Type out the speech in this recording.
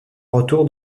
retour